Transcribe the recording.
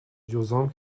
جذام